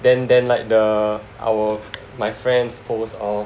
than than like the our my friends' post all yeah